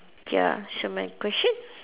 ya so my question